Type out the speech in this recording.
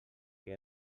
que